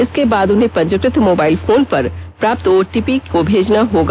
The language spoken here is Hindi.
इसके बाद उन्हें पंजीकृत मोबाइल फोन पर प्राप्त ओ टी पी को भेजना होगा